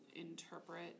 interpret